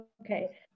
okay